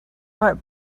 heart